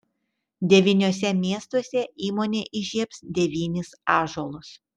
devyniuose miestuose įmonė įžiebs devynis ąžuolus